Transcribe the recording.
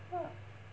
what